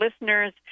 listeners